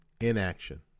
inaction